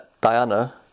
Diana